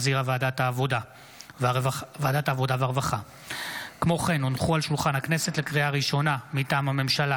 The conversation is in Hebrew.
מאת חברי הכנסת טטיאנה מזרסקי,